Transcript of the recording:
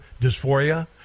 dysphoria